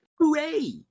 Hooray